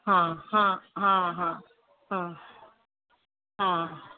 हा हा हा हा हा हा